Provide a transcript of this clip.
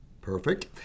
Perfect